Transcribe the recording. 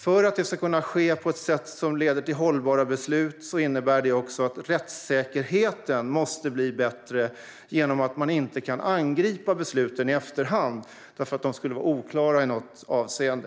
För att det ska kunna ske på ett sätt som leder till hållbara beslut måste rättssäkerheten bli bättre, så att man inte kan angripa besluten i efterhand därför att de skulle vara oklara i något avseende.